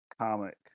comic